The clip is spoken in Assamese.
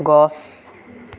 গছ